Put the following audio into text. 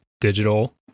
digital